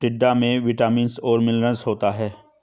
टिंडा में विटामिन्स और मिनरल्स होता है